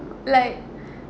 like